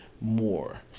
more